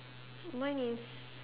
mine is